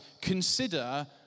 consider